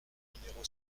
numéro